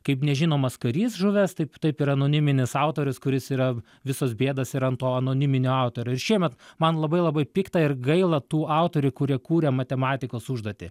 kaip nežinomas karys žuvęs taip taip ir anoniminis autorius kuris yra visos bėdos yra ant to anoniminio autorio ir šiemet man labai labai pikta ir gaila tų autorių kurie kūrė matematikos užduotį